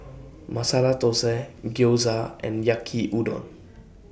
Masala Dosa Gyoza and Yaki Udon